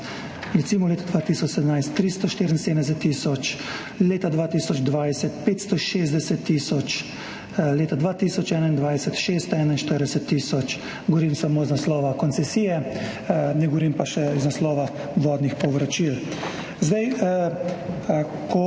letu 2017 374 tisoč, leta 2020 560 tisoč, leta 2021 641 tisoč. Govorim samo iz naslova koncesije, ne govorim pa še iz naslova vodnih povračil.